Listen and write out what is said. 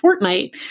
Fortnite